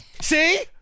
See